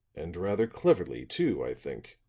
and rather cleverly, too, i think.